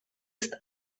ist